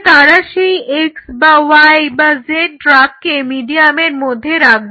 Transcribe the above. তাহলে তারা সেই x বা y বা z ড্রাগকে মিডিয়ামের মধ্যে রাখবে